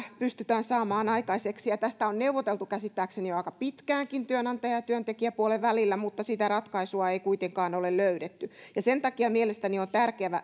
pystytään saamaan aikaiseksi ja tästä on neuvoteltu käsittääkseni jo aika pitkäänkin työnantaja ja työntekijäpuolen välillä mutta sitä ratkaisua ei kuitenkaan ole löydetty sen takia mielestäni